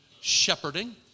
shepherding